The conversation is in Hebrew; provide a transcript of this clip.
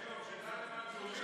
רגע, הוא שדד את בנק לאומי?